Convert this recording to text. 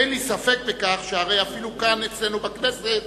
אין לי ספק בכך, שהרי אפילו כאן אצלנו בכנסת